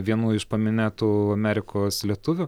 vienu iš paminėtų amerikos lietuvių